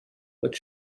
but